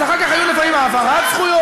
אז אחר כך הייתה לפעמים העברת זכויות,